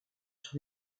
sur